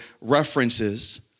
references